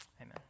Amen